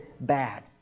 bad